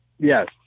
yes